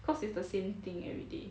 cause it's the same thing everyday